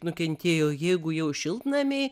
nukentėjo jeigu jau šiltnamiai